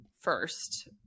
first